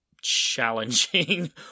challenging